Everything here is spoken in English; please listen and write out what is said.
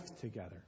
together